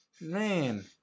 man